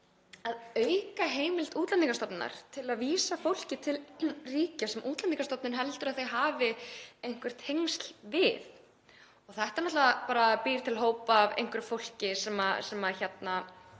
að auka heimild Útlendingastofnunar til að vísa fólki til ríkja sem Útlendingastofnun heldur að það hafi einhver tengsl við. Þetta náttúrulega býr til hóp af einhverju fólki sem er